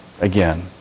again